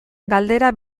galdera